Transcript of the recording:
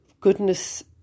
goodness